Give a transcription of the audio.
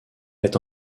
est